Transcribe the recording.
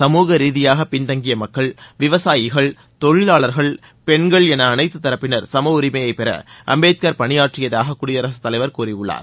சமுகரீதியாக பின்தங்கிய மக்கள் விவசாயிகள் தொழிலாளர்கள் பெண்கள் என அனைத்து தரப்பினர் சம உரிமையை பெற அம்பேத்கர் பணியாற்றியதாக குடியரசுத் தலைவர் கூறியுள்ளார்